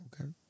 Okay